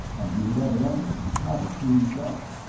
and he would evidently have it to himself.